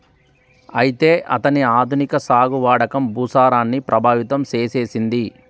అయితే అతని ఆధునిక సాగు వాడకం భూసారాన్ని ప్రభావితం సేసెసింది